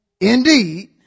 Indeed